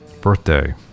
birthday